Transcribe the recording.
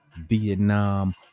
vietnam